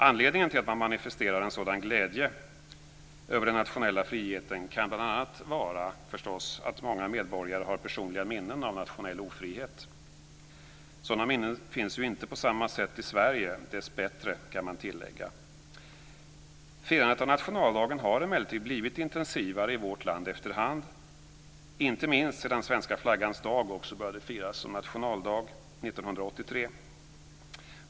Anledningen till att man manifesterar en sådan glädje över den nationella friheten kan förstås bl.a. vara att många medborgare har personliga minnen av nationell ofrihet. Sådana minnen finns inte på samma sätt i Sverige - dessbättre, kan man tillägga. Firandet av nationaldagen har emellertid blivit intensivare i vårt land efterhand, inte minst sedan svenska flaggans dag också började firas som nationaldag 1983.